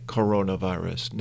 Coronavirus